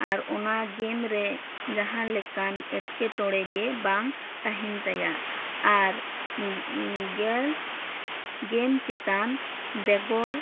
ᱟᱨ ᱚᱱᱟ ᱜᱮᱢ ᱨᱮ ᱡᱟᱦᱟᱸ ᱞᱮᱠᱟᱱ ᱮᱴᱠᱮᱴᱚᱬᱮ ᱜᱮ ᱵᱟᱝ ᱛᱟᱦᱮᱱ ᱛᱟᱭᱟ ᱟᱨ ᱜᱮ ᱜᱮᱢ ᱪᱮᱛᱟᱱ ᱵᱮᱜᱚᱨ